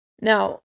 now